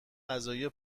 غذایی